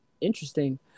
interesting